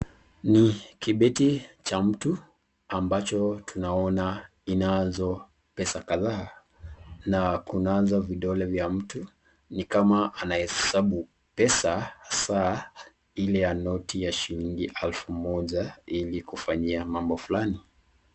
Ni kibeti cha mtu ambacho tunaona inazo pesa kadhaa na kunazo vidole vya mtu ni kama anahesabu pesa hasa ile ya noti ya shillingi elfu moja ili kufanyia mambo fulani.